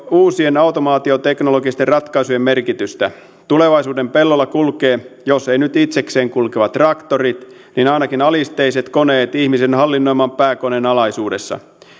uusien automaatioteknologisten ratkaisujen merkitystä tulevaisuuden pellolla kulkevat jos eivät nyt itsekseen kulkevat traktorit niin ainakin alisteiset koneet ihmisen hallinnoiman pääkoneen alaisuudessa